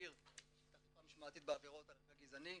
להגביר אכיפה משמעתית בעבירות על רקע גזעני.